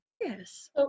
Yes